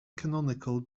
canonical